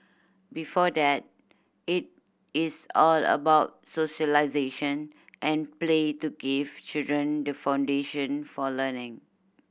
before that it is all about socialisation and play to give children the foundation for learning